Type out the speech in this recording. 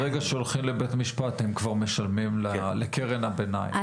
ברגע שהם הולכים לבית משפט הם כבר משלמים לקרן הביניים,